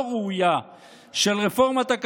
אני רוצה ברשותכם לערוך השוואה בין שתי מהפכות.